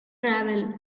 travel